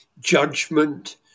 judgment